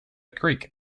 creek